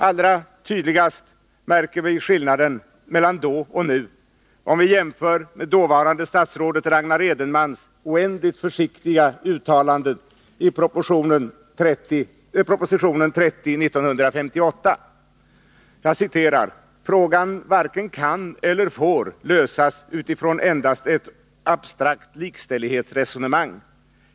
Allra tydligast märker vi skillnaden mellan då och nu, om vi jämför med dåvarande statsrådet Ragnar Edenmans oändligt försiktiga uttalande i proposition 1958:30: ”Frågan varken kan eller får lösas utifrån endast ett abstrakt likställighetsresonemang.